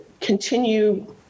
continue